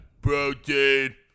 protein